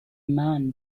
man